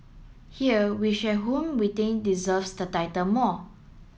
here we share whom we think deserves the title more